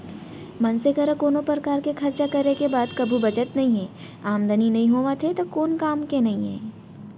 मनसे करा कोनो परकार के खरचा करे के बाद कभू बचत नइये, आमदनी नइ होवत हे त कोन काम के नइ हे